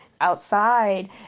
outside